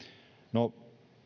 no